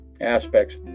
aspects